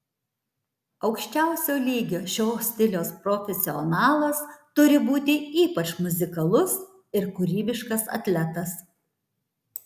aukščiausio lygio šio stiliaus profesionalas turi būti ypač muzikalus ir kūrybiškas atletas